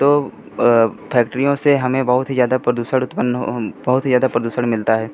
तो फैक्ट्रियों से हमें बहुत ही ज़्यादा प्रदूसण उत्पन्न हो बहुत ही ज़्यादा प्रदोषण मिलता है